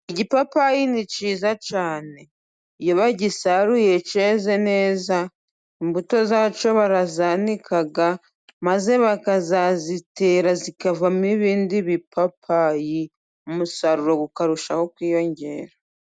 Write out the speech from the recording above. Igipapayi ni cyiza cyane, iyo bagisaruye cyeze neza imbuto zacyo barazanika maze bakazazitera, zikavamo ibindi bipapayi, umusaruro ukarushaho kwiyongera.